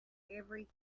every